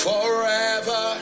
Forever